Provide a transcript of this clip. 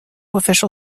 official